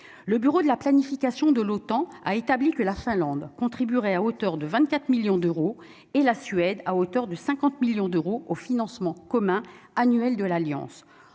le bureau de la planification de l'OTAN a établi que la Finlande contribuerait à hauteur de 24 millions d'euros et la Suède, à hauteur de 50 millions d'euros au financement commun annuel de l'Alliance